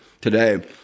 today